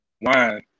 wine